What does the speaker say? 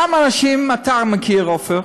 כמה אנשים אתה מכיר, עפר,